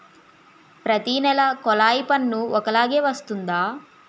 ప్రతి నెల కొల్లాయి పన్ను ఒకలాగే వస్తుందా?